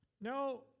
no